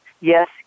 yes